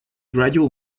gradual